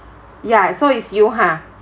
ya so it's you !huh!